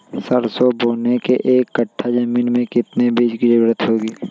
सरसो बोने के एक कट्ठा जमीन में कितने बीज की जरूरत होंगी?